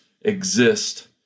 exist